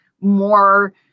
more